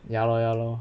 ya lor ya lor